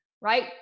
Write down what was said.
right